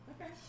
Okay